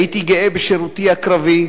הייתי גאה בשירותי הקרבי,